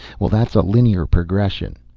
well, that's a linear progression.